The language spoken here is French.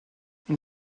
une